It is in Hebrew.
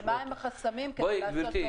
ומהם החסמים כדי לעשות טוב יותר.